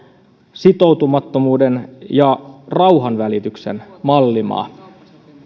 sitoutumattomuuden ja rauhanvälityksen mallimaa